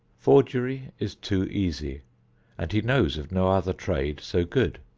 forgery is too easy and he knows of no other trade so good.